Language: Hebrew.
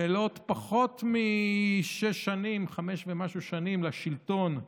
במלאת פחות משש שנים, חמש ומשהו שנים, לשלטון דאז.